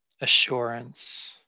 assurance